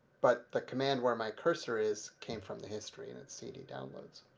but the command where my cursor is came from the history, and it's cd downloads.